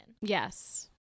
Yes